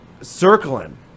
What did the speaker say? circling